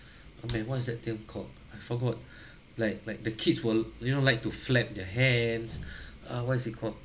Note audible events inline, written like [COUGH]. what's that thing called I forgot [BREATH] like like the kids will you know like to flap their hands [BREATH] ah what is it called